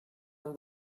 han